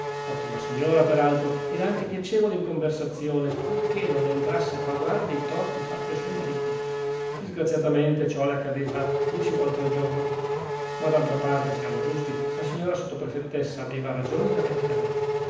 ottima signora per altro ed anche piacevole in conversazione purchè non entrasse a parlare dei torti fatti a suo marito disgraziatamente ciò le accadeva dieci volte al giorno ma d'altra parte siamo giusti la signora sottoprefettessa aveva ragioni da vendere